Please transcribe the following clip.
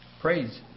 Praise